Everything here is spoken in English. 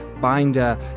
Binder